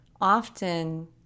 Often